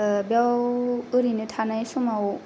बेयाव ओरैनो थानाय समाव